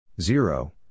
Zero